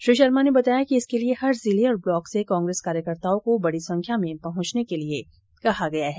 श्री शर्मा ने बताया कि इसके लिए हर जिले और ब्लॉक से कांग्रेस कार्यकर्ताओं को बड़ी संख्या में पहुंचने के लिए कहा गया हैं